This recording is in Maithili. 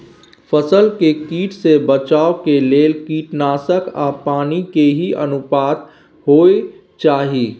फसल के कीट से बचाव के लेल कीटनासक आ पानी के की अनुपात होय चाही?